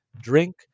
drink